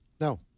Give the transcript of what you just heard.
No